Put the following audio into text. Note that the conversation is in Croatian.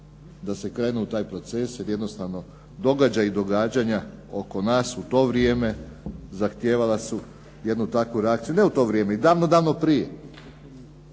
da se krene u taj proces jer jednostavno događaji i događanja oko nas u to vrijeme, zahtijevala su jednu takvu reakciju, ne u to vrijeme i davno, davno prije.